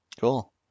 cool